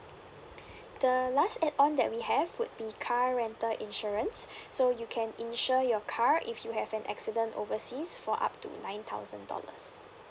the last add on that we have would be car rental insurance so you can insure your car if you have an accident overseas for up to nine thousand dollars